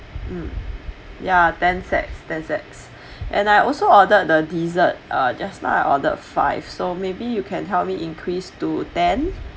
mm ya ten sets ten sets and I also ordered the dessert ah just now I ordered five so maybe you can help me increased to ten